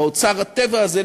באוצר הטבע הזה,